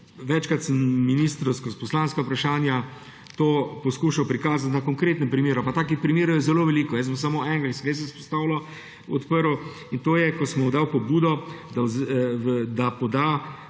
Večkrat sem ministru skozi poslanska vprašanja to poskušal prikazati na konkretnem primeru. Takih primerov je zelo veliko, jaz bom samo enega izpostavil, odprl, in to je, ko sem mu dal pobudo, da